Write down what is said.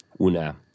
una